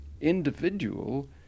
individual